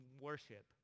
worship